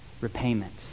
repayment